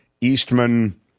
Eastman